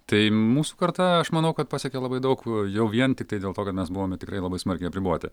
tai mūsų karta aš manau kad pasiekė labai daug jau vien tiktai dėl to kad mes buvome tikrai labai smarkiai apriboti